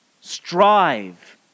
strive